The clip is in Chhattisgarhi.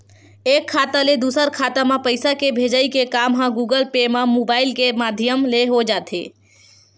एक खाता ले दूसर खाता म पइसा के भेजई के काम ह गुगल पे म मुबाइल के माधियम ले हो जाथे